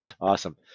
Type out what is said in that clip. Awesome